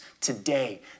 today